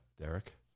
Derek